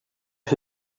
who